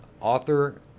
author